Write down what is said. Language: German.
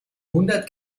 hundert